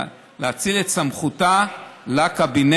או להאציל את סמכותה לקבינט